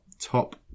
top